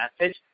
message